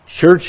Church